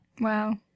Wow